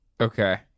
okay